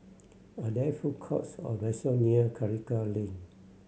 are there food courts or restaurant near Karikal Lane